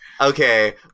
Okay